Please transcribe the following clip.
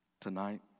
Tonight